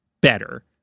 better